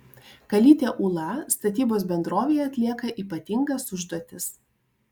kalytė ūla statybos bendrovėje atlieka ypatingas užduotis